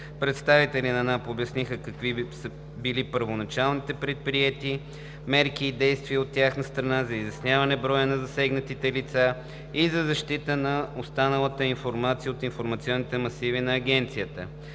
Представителите на НАП обясниха какви са били първоначалните предприети мерки и действия от тяхна страна за изясняване броя на засегнатите лица и за защита на останалата информация от информационните масиви на Агенцията.